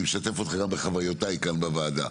אני משתף אותך גם בחוויותיי כאן בוועדה.